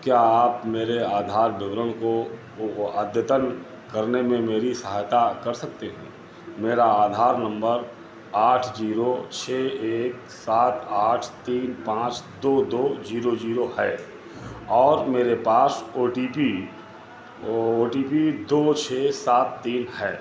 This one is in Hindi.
क्या आप मेरे आधार विवरण को अद्यतन करने में मेरी सहायता कर सकते हैं मेरा आधार नंबर आठ जीरो छः एक सात आठ तीन पाँच दो दो जीरो जीरो है और मेरे पास O T P O T P दो छः सात तीन है